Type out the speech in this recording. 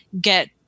get